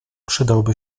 przydałby